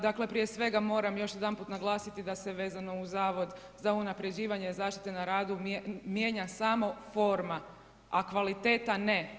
Dakle, prije svega moram još jedanput naglasiti da se vezano uz Zavod za unapređivanje zaštite na radu mijenja samo forma, a kvaliteta ne.